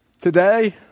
Today